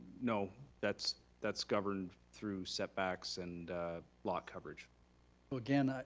no, that's that's governed through setbacks and lot coverage. well again, ah